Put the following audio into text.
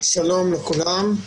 שלום לכולם.